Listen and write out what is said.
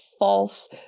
false